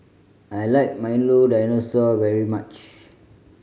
I like Milo Dinosaur very much